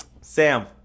Sam